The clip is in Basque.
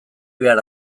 behar